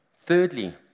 Thirdly